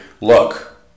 look